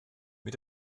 mit